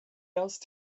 else